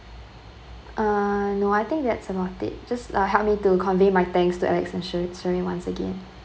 uh no I think that's about it just uh help me to convey my thanks to alex and sherene~ serene once again